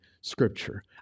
scripture